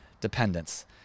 dependence